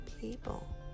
people